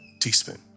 teaspoon